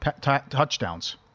touchdowns